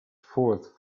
fourth